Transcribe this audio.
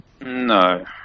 No